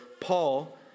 Paul